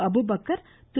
Abu Bakkar Thiru